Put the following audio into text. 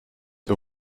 the